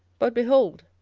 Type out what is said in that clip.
but, behold,